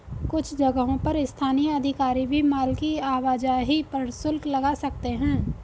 कुछ जगहों पर स्थानीय अधिकारी भी माल की आवाजाही पर शुल्क लगा सकते हैं